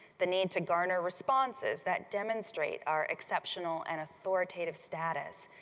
the need to garner responses that demonstrate our exceptional and authoritative status.